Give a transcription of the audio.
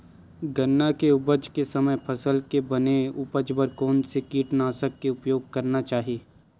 गन्ना के उपज के समय फसल के बने उपज बर कोन से कीटनाशक के उपयोग करना चाहि?